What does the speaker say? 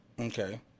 Okay